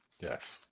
Yes